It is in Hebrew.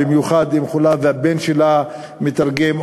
במיוחד אם זו חולָה והבן שלה מתרגם,